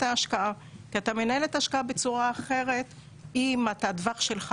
ההשקעה כי אתה מנהל את ההשקעה בצורה אחרת אם הטווח שלך